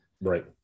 Right